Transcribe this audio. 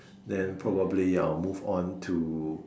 then probably I will move on to